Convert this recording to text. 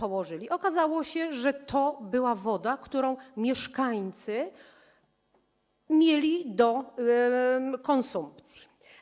Okazało się, że to była woda, którą mieszkańcy mieli do konsumpcji.